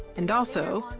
and also,